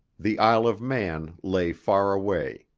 the isle of man lay far away,